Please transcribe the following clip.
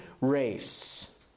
race